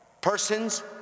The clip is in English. persons